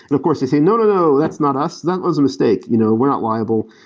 of course, they say, no. no. no. that's not us. that was a mistake. you know we're not liable.